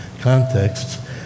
contexts